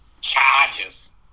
charges